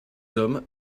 hommes